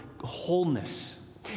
wholeness